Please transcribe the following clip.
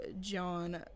John